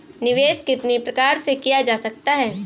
निवेश कितनी प्रकार से किया जा सकता है?